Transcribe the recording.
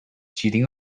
cheating